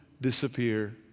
disappear